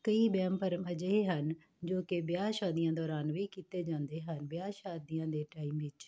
ਕਈ ਵਹਿਮ ਭਰਮ ਅਜਿਹੇ ਹਨ ਜੋ ਕਿ ਵਿਆਹ ਸ਼ਾਦੀਆਂ ਦੌਰਾਨ ਵੀ ਕੀਤੇ ਜਾਂਦੇ ਹਨ ਵਿਆਹ ਸ਼ਾਦੀਆਂ ਦੇ ਟਾਈਮ ਵਿੱਚ